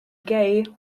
gay